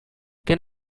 can